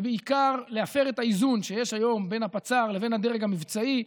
ובעיקר להפר את האיזון שיש היום בין הפצ"ר לבין הדרג המבצעי.